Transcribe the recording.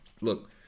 Look